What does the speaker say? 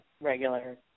regular